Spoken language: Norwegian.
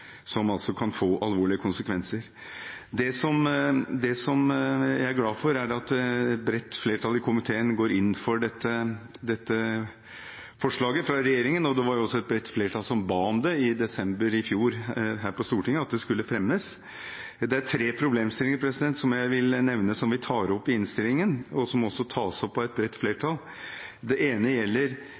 som altså kan få alvorlige konsekvenser. Det jeg er glad for, er at et bredt flertall i komiteen går inn for dette forslaget fra regjeringen. Det var også et bredt flertall på Stortinget som i desember i fjor ba om at det skulle fremmes. Jeg vil nevne tre problemstillinger som vi tar opp i innstillingen, og som også tas opp av et bredt flertall. Den ene gjelder,